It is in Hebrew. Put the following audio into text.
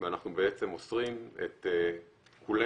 ואנחנו בעצם מוסרים את כולנו,